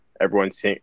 Everyone's